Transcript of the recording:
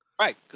Right